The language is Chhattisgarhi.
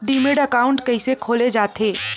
डीमैट अकाउंट कइसे खोले जाथे?